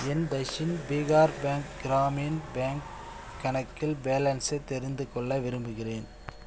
என் Dakshin Bihar bank Gramin bank கணக்கில் பேலன்ஸை தெரிந்துகொள்ள விரும்புகிறேன்